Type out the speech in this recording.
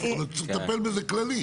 יכול להיות שהוא מטפל בזה כללי.